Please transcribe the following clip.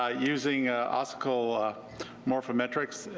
ah using ossical ah morphometrics.